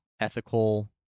ethical